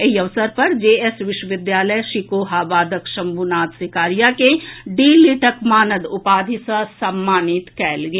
एहि अवसर पर जे एस विश्वविद्यालय शिकोहाबादक शंभुनाथ सिकारिया के डी लिट्क मानद उपाधि सॅ सम्मानित कएल गेल